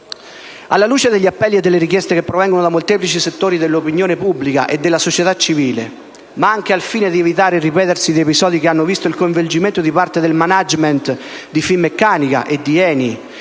Alla luce degli appelli e delle richieste che provengono da molteplici settori dell'opinione pubblica e della società civile, ma anche al fine di evitare il ripetersi di episodi che hanno visto il coinvolgimento di parte del *management* di Finmeccanica e di ENI